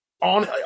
On